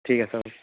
ঠিক আছে